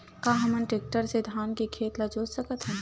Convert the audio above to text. का हमन टेक्टर से धान के खेत ल जोत सकथन?